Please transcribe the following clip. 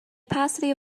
opacity